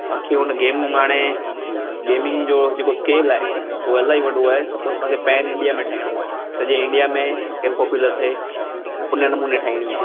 पाण खे उन गेम में हाणे गेमींग जो जेको स्केल आहे उहो अलाई वॾो आहे त पोइ असांखे पेन इंडिया में ठाहिणो आहे सॼे इंडिया में गेम पॉप्यूलर थिए उन नमूने ठाहिणी आहे